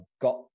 got